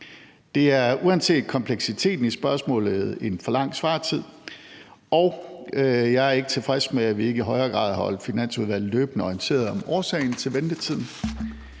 Det er uanset kompleksiteten i spørgsmålet en for lang svartid, og jeg er ikke tilfreds med, at vi ikke i højere grad har holdt Finansudvalget løbende orienteret om årsagen til ventetiden.